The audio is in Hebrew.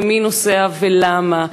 ומי נוסע ולמה,